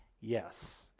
Yes